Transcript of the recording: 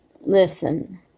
listen